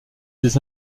des